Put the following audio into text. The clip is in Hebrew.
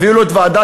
הביאו לו את ועדת